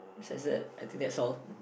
besides that I think that's all